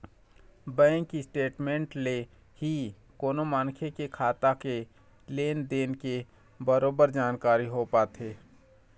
bank statement ले ही कोनो मनखे के खाता के लेन देन के बरोबर जानकारी हो पाथे